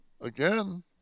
again